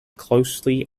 closely